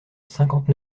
cinquante